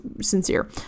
sincere